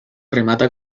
remata